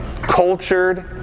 cultured